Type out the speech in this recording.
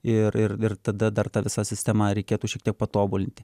ir ir ir tada dar tą visą sistemą reikėtų šiek tiek patobulinti